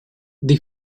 the